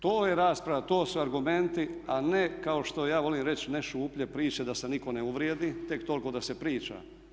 To je rasprava, to su argumenti a ne kao što ja volim reći ne šuplje priče, da se nitko ne uvrijedi, tek toliko da se priča.